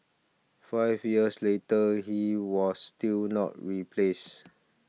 five years later he was still not replaced